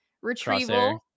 retrieval